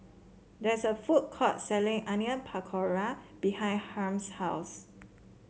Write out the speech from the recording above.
there is a food court selling Onion Pakora behind Harm's house